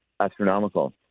astronomical